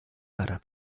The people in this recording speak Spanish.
para